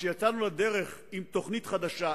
כאשר יצאנו לדרך עם תוכנית חדשה,